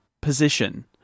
position